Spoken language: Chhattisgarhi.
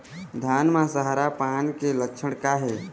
धान म सरहा पान के लक्षण का हे?